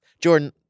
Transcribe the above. Jordan